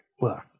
look